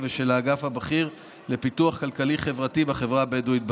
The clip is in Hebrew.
ושל האגף הבכיר לפיתוח כלכלי-חברתי בחברה הבדואית בנגב.